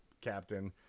captain